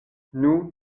nous